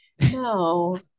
No